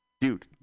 Dude